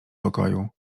pokoju